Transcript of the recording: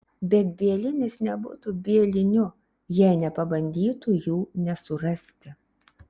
bet bielinis nebūtų bieliniu jei nepabandytų jų nesurasti